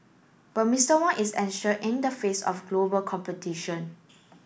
but Mister Wong is anxious in the face of global competition